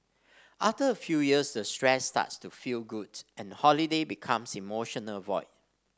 after a few years the stress starts to feel good and holiday become emotional void